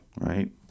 right